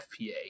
FPA